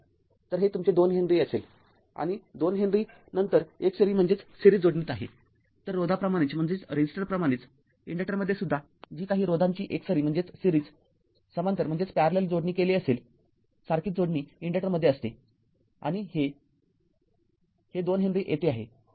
तर हे तुमचे २ हेनरी असेल आणि २ हेनरी नंतर एकसरी जोडणीत आहे तर रोधाप्रमाणेच इन्डक्टरमध्ये सुद्धा जी काही रोधांची एकसरी समांतर जोडणी केली असेल सारखीच जोडणी इन्डक्टरमध्ये असते आणि हे आणि हे २ हेनरी येथे आहे